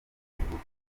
ridashira